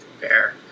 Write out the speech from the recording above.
Fair